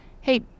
hey